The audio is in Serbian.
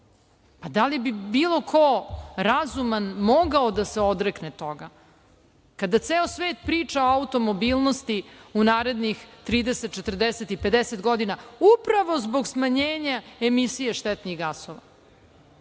Da li bi bilo ko razuman mogao da se odrekne toga. Kada ceo svet priča o automobilnosti u narednih 30, 40 i 50 godina, upravo zbog smanjenja emisije štetnih gasova,